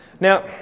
Now